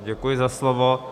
Děkuji za slovo.